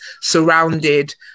surrounded